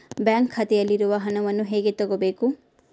Bank ಖಾತೆಯಲ್ಲಿರುವ ಹಣವನ್ನು ಹೇಗೆ ತಗೋಬೇಕು?